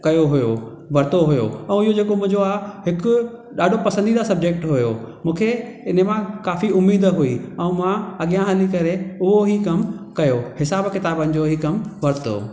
कयो हुयो वरितो हुयो ऐं हीअ जेको मुंहिंजो आ हिकु ॾाढो पसंदीदा सबजेक्टु हुयो मूंखे हिनु मां काफ़ी उम्मीदु हुई ऐं मां अॻियां हली करे उहो ई कमु कयो हिसाब किताबनि जो ई कमु वरितो